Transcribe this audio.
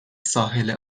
ساحل